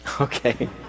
Okay